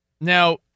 Now